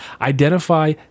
identify